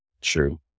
True